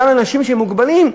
גם לאנשים שהם מוגבלים,